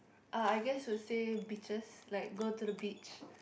ah I guess would say beaches like go to the beach